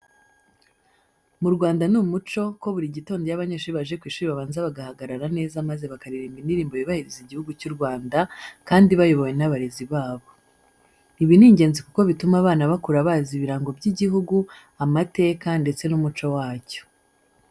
Mu Rwanda ni umuco ko buri gitondo iyo abanyeshuri baje ku ishuri babanza bagahagarara neza maze bakaririmba indirimbo yubahiriza igihugu cy'u Rwanda, kandi bayobowe n'abarezi babo. Ibi ni ingenzi kuko bituma abana bakura bazi ibirango by'igihugu, amateka ndetse n'umuco wacyo.